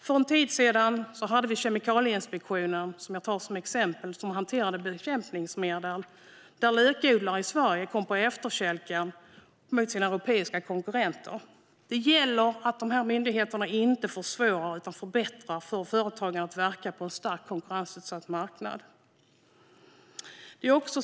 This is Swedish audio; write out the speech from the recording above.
För en tid sedan handlade det om Kemikalieinspektionen, som jag tar som ett exempel. Det handlade om hantering av bekämpningsmedel. Lökodlare i Sverige kom på efterkälken jämfört med sina europeiska konkurrenter. Det gäller att myndigheterna inte försvårar utan förbättrar för företagen att verka på en starkt konkurrensutsatt marknad.